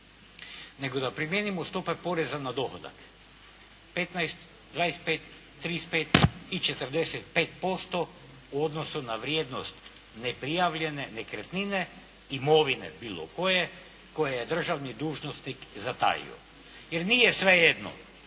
nego da primijenimo stope Poreza na dohodak. 15, 25, 35 i 45% u odnosu na vrijednost neprijavljene nekretnine, imovine bilo koje, koje je državni dužnosnik zatajio. Jer, nije svejedno